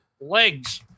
Legs